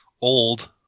old